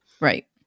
Right